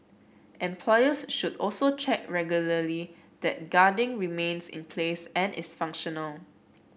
employers should also check regularly that the guarding remains in place and is functional